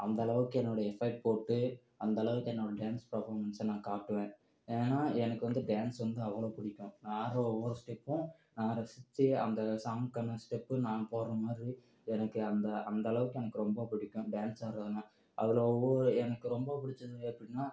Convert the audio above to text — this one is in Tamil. அந்த அளவுக்கு என்னுடைய எஃபெக்ட் போட்டு அந்த அளவுக்கு என்னுடைய டான்ஸ் பர்ஃபாமென்ஸ்ஸை நான் காட்டுவேன் ஏன்னால் எனக்கு வந்து டான்ஸ் வந்து அவ்வளோ பிடிக்கும் நான் ஆடுற ஒவ்வொரு ஸ்டெப்பும் நான் ரசித்து அந்த ஸாங்குக்கான ஸ்டெப்பும் நான் போடுற மாதிரி எனக்கு அந்த அந்த அளவுக்கு எனக்கு ரொம்ப பிடிக்கும் டான்ஸ் ஆடுகிறதுனா அவ்வளவு எனக்கு ரொம்ப பிடிச்சது எப்படின்னா